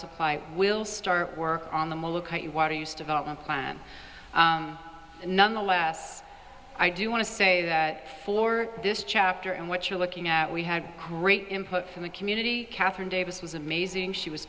supply will start work on the water use development plan nonetheless i do want to say that for this chapter and what you're looking at we had great input from the community catherine davis was amazing she was